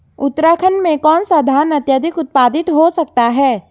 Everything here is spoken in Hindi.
उत्तराखंड में कौन सा धान अत्याधिक उत्पादित हो सकता है?